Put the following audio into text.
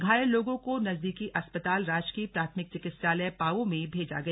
घायल लोगों को नजदीकी अस्पताल राजकीय प्राथमिक चिकित्सालय पावों में भेजा गया